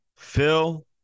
Phil